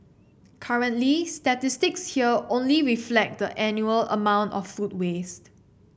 currently statistics here only reflect the annual amount of food waste